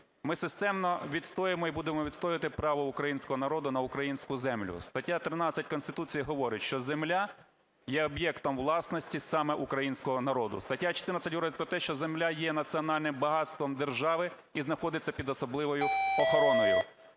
Ми системно відстоюємо і будемо відстоювати право українського народу на українську землю. Стаття 13 Конституції говорить, що земля є об'єктом власності саме українського народу. Стаття 14 говорить про те, що земля є національним багатством держави і знаходиться під особливою охороною.